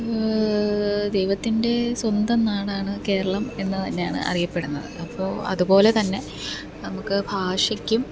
ദൈവത്തിൻ്റെ സ്വന്തം നാടാണ് കേരളം എന്ന് തന്നെയാണ് അറിയപ്പെടുന്നത് അപ്പോൾ അതുപോലെത്തന്നെ നമുക്ക് ഭാഷയ്ക്കും